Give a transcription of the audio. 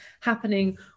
happening